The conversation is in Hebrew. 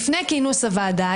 לפני כינוס הוועדה,